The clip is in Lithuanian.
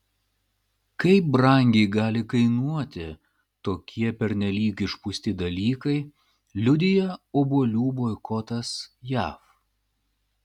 kaip brangiai gali kainuoti tokie pernelyg išpūsti dalykai liudija obuolių boikotas jav